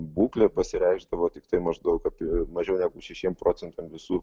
būklė pasireikšdavo tiktai maždaug apie mažiau negu šešiem procentam visų